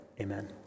Amen